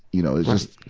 you know. it's just,